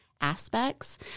aspects